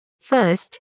First